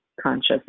conscious